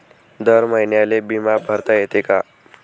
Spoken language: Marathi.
दर महिन्याले बिमा भरता येते का?